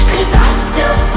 i still